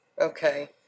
Okay